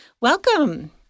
Welcome